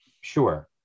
Sure